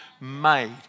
made